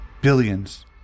billions